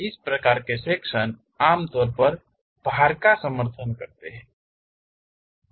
इस प्रकार के सेक्शन आमतौर पर भार का समर्थन करते हैं